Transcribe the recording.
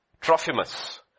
Trophimus